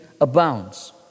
abounds